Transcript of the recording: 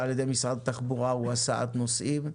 על-ידי משרד התחבורה הוא הסעת נוסעים,